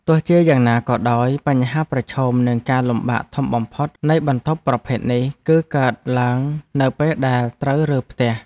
ទោះជាយ៉ាងណាក៏ដោយបញ្ហាប្រឈមនិងការលំបាកធំបំផុតនៃបន្ទប់ប្រភេទនេះគឺកើតឡើងនៅពេលដែលត្រូវរើផ្ទះ។